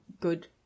good